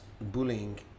bullying